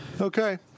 Okay